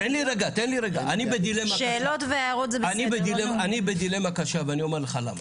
אני בדילמה קשה ואני אומר לך למה.